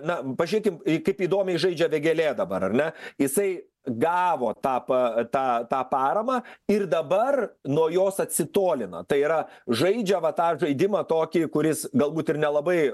na pažiūrėkim kaip įdomiai žaidžia vėgėlė dabar ar ne jisai gavo tą pa tą tą paramą ir dabar nuo jos atsitolina tai yra žaidžia va tą žaidimą tokį kuris galbūt ir nelabai